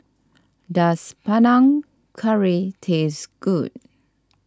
does Panang Curry taste good